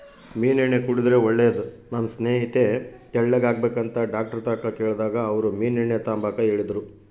ಮೀನೆಣ್ಣೆ ಕುಡುದ್ರೆ ಒಳ್ಳೇದು, ನನ್ ಸ್ನೇಹಿತೆ ತೆಳ್ಳುಗಾಗ್ಬೇಕಂತ ಡಾಕ್ಟರ್ತಾಕ ಕೇಳ್ದಾಗ ಅವ್ರು ಮೀನೆಣ್ಣೆ ತಾಂಬಾಕ ಹೇಳಿದ್ರು